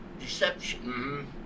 deception